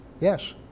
yes